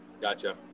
Gotcha